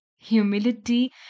humility